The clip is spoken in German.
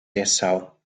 dessau